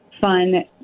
fun